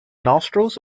nostrils